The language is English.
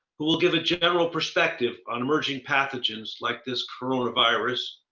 who will give a general perspective on emerging pathogens like this coronavirus.